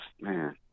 man